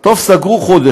טוב, סגרו חודש.